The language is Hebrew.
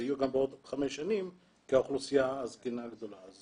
יהיו גם בעוד חמש שנים כי האוכלוסייה הזקנה גדלה,